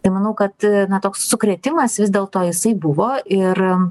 tai manau kad toks sukrėtimas vis dėlto jisai buvo ir